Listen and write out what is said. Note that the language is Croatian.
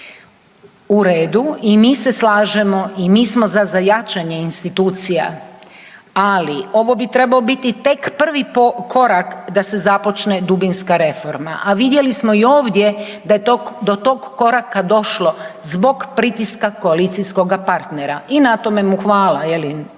U redu i mi se slažemo i mi smo za jačanje institucija, ali ovo bi treba biti tek prvi korak da se započne dubinska reforma, a vidjeli smo i ovdje da je do tog koraka došlo zbog pritiska koalicijskog partnera. I na tome mu hvala